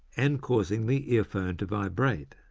and causing the earphone to vibrate.